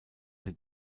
sie